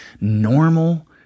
normal